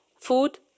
food